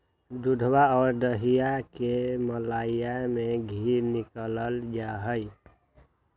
दूधवा और दहीया के मलईया से धी निकाल्ल जाहई